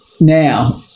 now